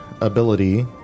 ability